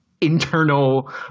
internal